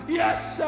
yes